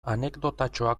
anekdotatxoa